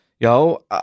Yo